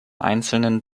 einzelnen